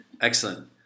excellent